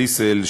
שליסל,